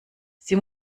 sie